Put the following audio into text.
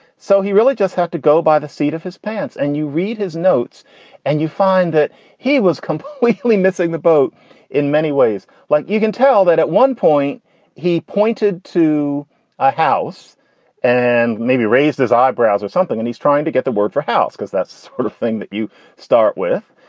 so he really just had to go by the seat of his pants and you read his notes and you find that he was completely missing the boat in many ways. like, you can tell that at one point he pointed to a house and maybe raised his eyebrows or something. and he's trying to get the word for house because that sort of thing that you start with.